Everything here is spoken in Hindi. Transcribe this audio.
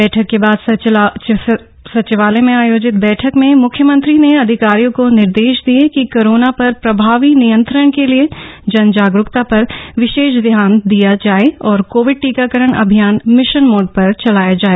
बैठक के बाद सचिवालय में आयोजित बैठक में मुख्यमंत्री ने अधिकारियों को निर्देश दिये कि कोरोना पर प्रभावी नियंत्रण के लिए जन जागरूकता पर विशेष ध्यान दिया जाय और कोविड टीकाकरण अभियान मिशन मोड पर चलाया जाय